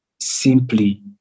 simply